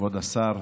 כבוד השר,